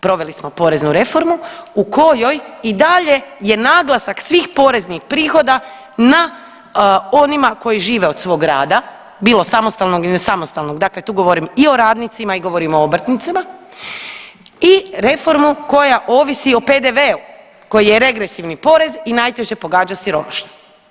Proveli smo poreznu reformu u kojoj i dalje je naglasak svih poreznih prihoda na onima koji žive od svog rada, bilo samostalnog i nesamostalnog, dakle tu govorim i o radnicima i govorim i o obrtnicima i reformu koja ovisi o PDV-u koji je regresivni porez i najteže pogađa siromašne.